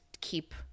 keep